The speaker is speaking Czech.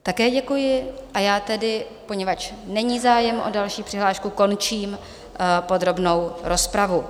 Také děkuji, a já tedy, poněvadž není zájem o další přihlášku, končím podrobnou rozpravu.